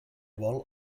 vol